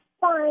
fine